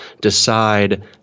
decide